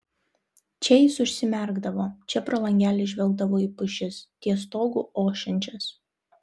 čia jis užsimerkdavo čia pro langelį žvelgdavo į pušis ties stogu ošiančias